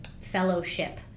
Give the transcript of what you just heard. fellowship